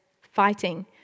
fighting